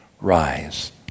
rise